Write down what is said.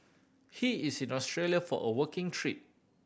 he is in Australia for a working trip